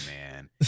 man